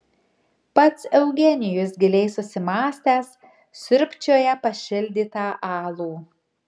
pats eugenijus giliai susimąstęs siurbčioja pašildytą alų